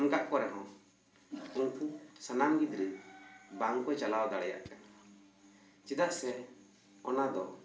ᱮᱢ ᱠᱟᱜ ᱠᱚ ᱨᱮᱦᱚᱸ ᱩᱱᱠᱩ ᱥᱟᱱᱟᱢ ᱜᱤᱫᱽᱨᱟᱹ ᱵᱟᱝ ᱠᱚ ᱪᱟᱞᱟᱣ ᱫᱟᱲᱮᱭᱟᱜ ᱠᱟᱱᱟ ᱪᱮᱫᱟᱜ ᱥᱮ ᱚᱱᱟ ᱫᱚ